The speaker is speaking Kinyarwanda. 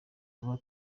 tuba